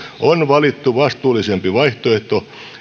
on valittu vastuullisempi vaihtoehto